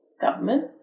government